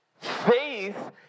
Faith